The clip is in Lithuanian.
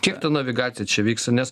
kiek ta navigacija čia vyksta nes